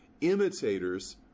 imitators